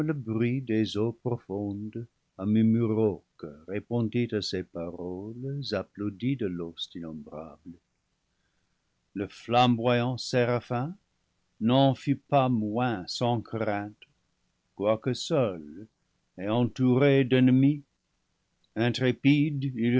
le bruit des eaux profondes un murmure rauque répondit à ces paroles applaudies de l'ost innombrable le flamboyant séraphin n'en fut pas moins sans crainte quoi que seul et entouré d'ennemis intrépide